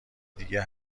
دیگه